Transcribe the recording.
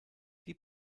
die